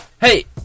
Hey